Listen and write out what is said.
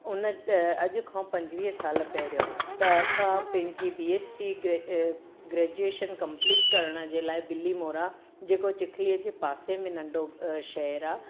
उन त अॼु खां पंजवीह साल पहिरियों त असां पंहिंजी बी एस सी ग्रे ए ग्रेजुएशन कम्पलीट करण जे लाइ बिलिमोरा जेको चिखली जे पासे में नंढो शहर आहे